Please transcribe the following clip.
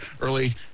early